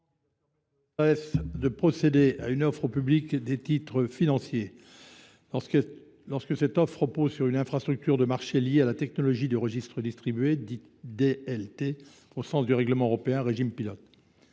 de procéder à une offre au public de titres financiers, lorsque cette offre repose sur une infrastructure de marché reposant sur la technologie des registres distribués (DLT), au sens du règlement européen sur le régime pilote